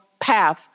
path